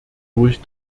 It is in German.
durch